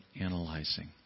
analyzing